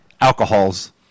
alcohols